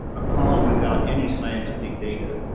a calm without any scientific data.